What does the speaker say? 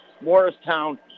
Morristown